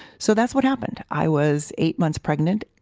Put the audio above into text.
so, that's what happened. i was eight months pregnant,